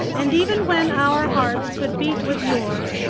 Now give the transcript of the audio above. and even when our hearts could beat with yours,